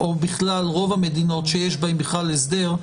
או בכלל רוב המדינות שיש בהן בכלל הסדר,